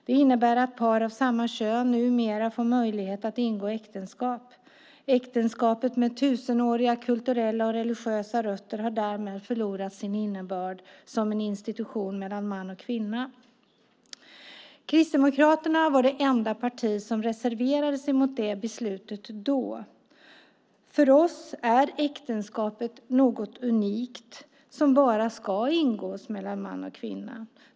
Det innebär att par av samma kön numera får möjlighet att ingå äktenskap. Äktenskapet, med tusenåriga kulturella och religiösa rötter, har därmed förlorat sin innebörd som en institution mellan man och kvinna. Kristdemokraterna var det enda parti som reserverade sig mot det beslutet. För oss är äktenskapet något unikt som ska ingås bara mellan man och kvinna.